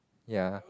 ya